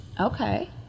Okay